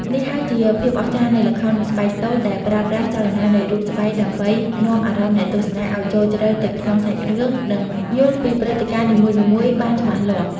នេះហើយជាភាពអស្ចារ្យនៃល្ខោនស្បែកតូច ដែលប្រើប្រាស់ចលនានៃរូបស្បែកដើម្បីនាំអារម្មណ៍អ្នកទស្សនាឲ្យចូលជ្រៅទៅក្នុងសាច់រឿង និងយល់ពីព្រឹត្តិការណ៍នីមួយៗបានច្បាស់លាស់។